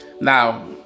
now